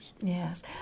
Yes